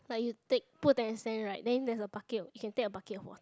like you take put ten cent right then there's a bucket what you can take a bucket of water